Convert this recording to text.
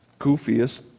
goofiest